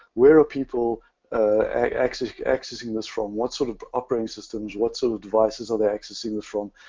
where are people accessing accessing this from? what sort of operating systems, what sort of devices are they accessing this from?